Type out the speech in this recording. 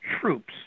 troops